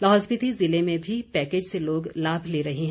लाहौल स्पीति ज़िले में भी पैकेज से लोग लाभ ले रहे हैं